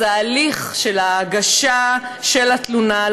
אז ההליך של הגשת התלונה,